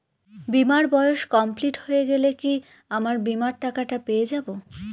বীমার বয়স কমপ্লিট হয়ে গেলে কি আমার বীমার টাকা টা পেয়ে যাবো?